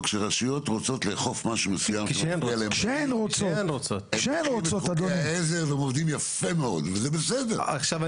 כשרשויות רוצות לאכוף משהו מסוים הן יודעות יפה מאוד לעשות את זה.